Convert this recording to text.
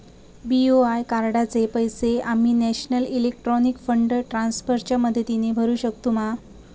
BOI कार्डाचे पैसे आम्ही नेशनल इलेक्ट्रॉनिक फंड ट्रान्स्फर च्या मदतीने भरुक शकतू मा?